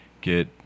Get